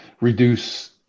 reduce